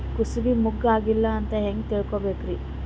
ಕೂಸಬಿ ಮುಗ್ಗ ಆಗಿಲ್ಲಾ ಅಂತ ಹೆಂಗ್ ತಿಳಕೋಬೇಕ್ರಿ?